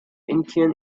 incheon